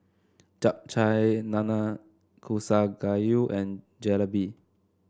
Japchae Nanakusa Gayu and Jalebi